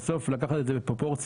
בסוף לקחת את זה בפרופורציה,